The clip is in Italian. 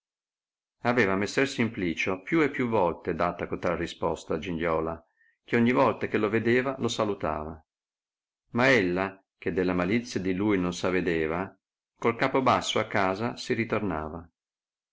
aveva messer simplicio più e più volte data cotal risposta a giliola che ogni volta che lo vedeva lo salutava ma ella che della malizia di lui non s avedeva col capo basso a casa si ritornava